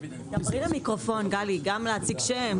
דברי למיקרופון, גלי, גם להציג שם.